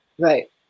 Right